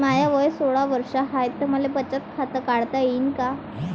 माय वय सोळा वर्ष हाय त मले बचत खात काढता येईन का?